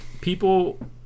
people